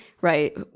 right